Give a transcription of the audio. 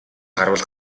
харвал